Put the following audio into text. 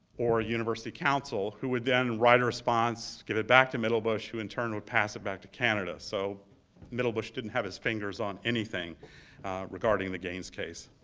or university council who would then write a response, get it back to middlebush who, in turn, would pass it back to canada so middlebush didn't have his fingers on anything regarding the gaines' case.